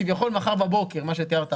כביכול מחר בבוקר כפי שתיארת עכשיו.